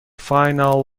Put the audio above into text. final